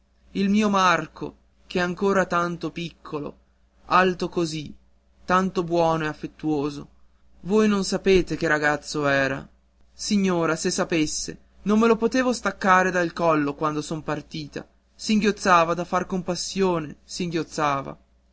il mio marco che è ancora così piccolo alto così tanto buono e affettuoso voi non sapete che ragazzo era signora se sapesse non me lo potevo staccare dal collo quando son partita singhiozzava da far compassione singhiozzava